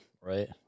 Right